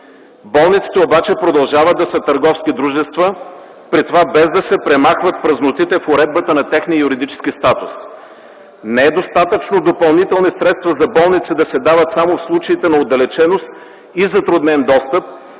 Болниците обаче продължават да са търговски дружества, при това без да се премахват празнотите в уредбата на техния юридически статус. Не е достатъчно допълнителни средства за болници да се дават само в случаите на отдалеченост и затруднен достъп,